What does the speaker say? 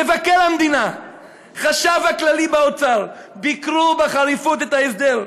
מבקר המדינה והחשב הכללי באוצר ביקרו בחריפות את ההסדר.